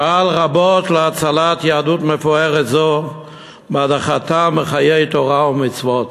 הוא פעל רבות להצלת יהדות מפוארת זו מהדחתם מחיי תורה ומצוות.